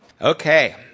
Okay